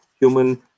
human